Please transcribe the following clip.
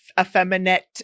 effeminate